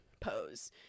pose